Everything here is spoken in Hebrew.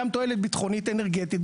גם תועלת ביטחונית אנרגית,